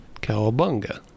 cowabunga